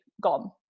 gone